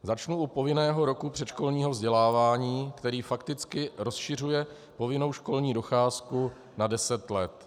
Začnu u povinného roku předškolního vzdělávání, který fakticky rozšiřuje povinnou školní docházku na deset let.